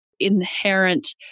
Inherent